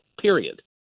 period